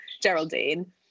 Geraldine